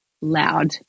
loud